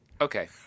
Okay